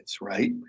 right